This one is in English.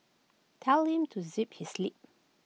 tell him to zip his lip